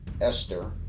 Esther